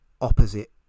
opposite